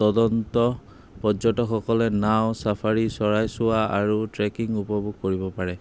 তদন্ত পৰ্যটকসকলে নাও চাফাৰী চৰাই চোৱা আৰু ট্ৰেকিং উপভোগ কৰিব পাৰে